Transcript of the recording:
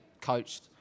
coached